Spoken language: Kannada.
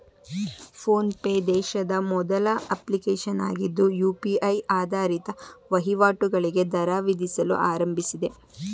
ಫೋನ್ ಪೆ ದೇಶದ ಮೊದಲ ಅಪ್ಲಿಕೇಶನ್ ಆಗಿದ್ದು ಯು.ಪಿ.ಐ ಆಧಾರಿತ ವಹಿವಾಟುಗಳಿಗೆ ದರ ವಿಧಿಸಲು ಆರಂಭಿಸಿದೆ